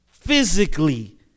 physically